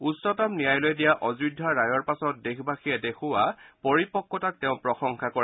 উচ্চতম ন্যায়ালয়ে দিয়া অযোধ্যা ৰায়ৰ পাছত দেশবাসীয়ে দেখুওৱা পৰিপক্ণতাক তেওঁ প্ৰশংসা কৰে